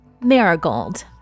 marigold